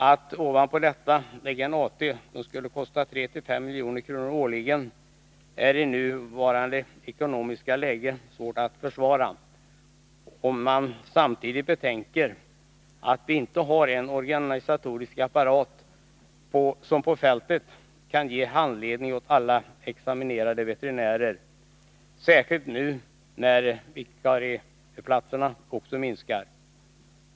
Att ovanpå denna lägga en AT som skulle kosta 3-5 milj.kr. årligen är i nuvarande ekonomiska läge inte försvarbart, om man samtidigt betänker att vi inte har en organisatorisk apparat, som på fältet kan ge handledning åt alla examinerade veterinärer, särskilt nu när antalet vikarieplatser minskar.